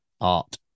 art